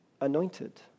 anointed